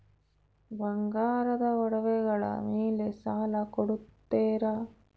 ಬಂಗಾರದ ಒಡವೆಗಳ ಮೇಲೆ ಸಾಲ ಕೊಡುತ್ತೇರಾ?